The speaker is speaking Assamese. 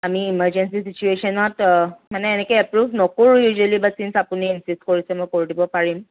আমি ইমাৰ্জেঞ্চি চিটুৱেচনত মানে এনেকে এপ্ৰ'ভ নকৰোঁ ইউজুৱেলি বাট চিনছ আপুনি ইনচিষ্ট কৰিছে মোক কৰি দিব পাৰিম